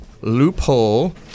loophole